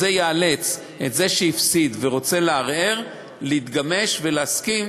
זה יאלץ את זה שהפסיד ורוצה לערער להתגמש ולהסכים